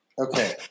Okay